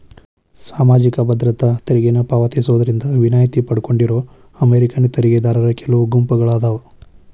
ಸಾಮಾಜಿಕ ಭದ್ರತಾ ತೆರಿಗೆನ ಪಾವತಿಸೋದ್ರಿಂದ ವಿನಾಯಿತಿ ಪಡ್ಕೊಂಡಿರೋ ಅಮೇರಿಕನ್ ತೆರಿಗೆದಾರರ ಕೆಲವು ಗುಂಪುಗಳಾದಾವ